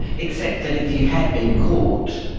except that if you had been caught,